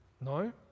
No